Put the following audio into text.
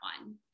one